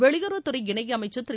வெளியுறவுத் துறை இணை அமைச்சர் திரு